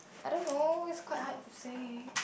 I don't know is quite hard to say